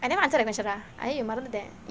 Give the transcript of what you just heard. and then until the ventura are you that